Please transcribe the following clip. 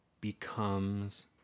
becomes